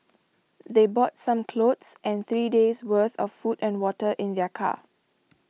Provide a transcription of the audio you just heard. they brought some clothes and three days' worth of food and water in their car